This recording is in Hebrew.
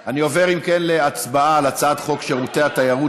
אני עובר להצבעה על הצעת חוק שירותי תיירות,